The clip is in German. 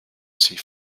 sie